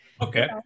okay